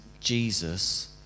Jesus